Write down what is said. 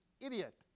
idiot